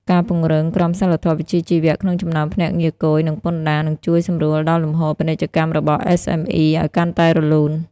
ការពង្រឹង "ក្រមសីលធម៌វិជ្ជាជីវៈ" ក្នុងចំណោមភ្នាក់ងារគយ និងពន្ធដារ នឹងជួយសម្រួលដល់លំហូរពាណិជ្ជកម្មរបស់ SME ឱ្យកាន់តែរលូន។